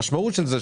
המשמעות של זה,